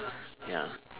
ya